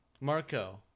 Marco